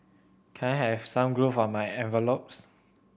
can I have some glue for my envelopes